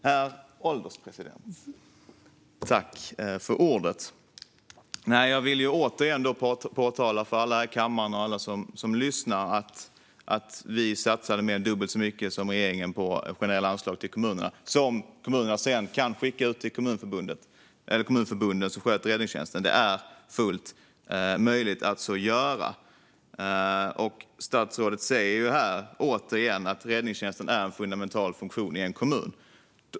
Herr ålderspresident! Jag vill återigen påpeka för alla här i kammaren och för alla som lyssnar att vi satsade mer än dubbelt så mycket som regeringen på generella anslag till kommunerna som kommunerna sedan kan skicka ut till kommunförbunden som sköter räddningstjänsten. Det är fullt möjligt att göra. Statsrådet säger här återigen att räddningstjänsten är en fundamental funktion i en kommun.